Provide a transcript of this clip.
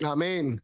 Amen